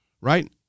Right